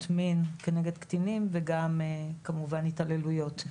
מין כנגד קטינים וגם כמובן התעללויות.